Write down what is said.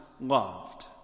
loved